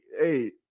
hey